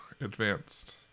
advanced